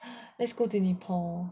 let's go to nepal